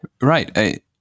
Right